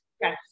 yes